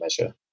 measure